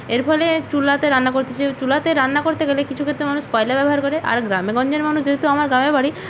এর ফলে চুলাতে রান্না করতেছে চুলাতে রান্না করতে গেলে কিছু ক্ষেত্রে মানুষ কয়লা ব্যবহার করে আর গ্রামেগঞ্জের মানুষ যেহেতু আমার গ্রামে বাড়ি